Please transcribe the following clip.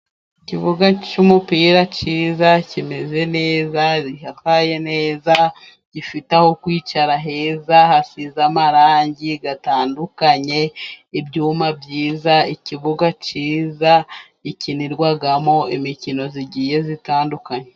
Ikibuga cy'umupira cyiza kimeze neza gisakaye neza, gifite aho kwicara heza, hasize amarangi atandukanye, ibyuma byiza, ikibuga cyiza, gikinirwamo imikino igiye itandukanye.